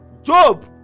job